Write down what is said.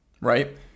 Right